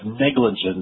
negligence